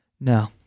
No